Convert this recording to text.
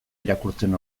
irakurtzen